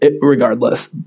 regardless